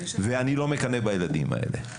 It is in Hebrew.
ואני לא מקנא בילדים האלה.